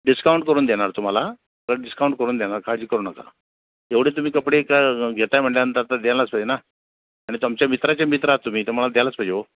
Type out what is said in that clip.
discount करून देणार तुम्हाला डिस्काउंट करून देणार काळजी करू नका एवढे तुम्ही कपडे का घेताय म्हटल्यानंतर तर द्यायलाच पाहिजे ना आणि त आमच्या मित्राचे मित्र आहात तुम्ही तर मला द्यायलाच पाहिजे हो